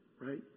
right